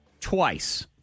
twice